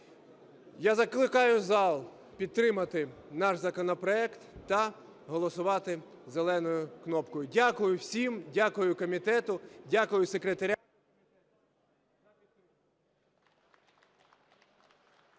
Я закликаю зал підтримати наш законопроект та голосувати зеленою копкою. Дякую всім, дякую комітету, дякую… Веде